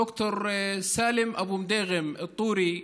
ד"ר סאלם אבו-מדיר'ם א-טורי,